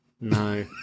No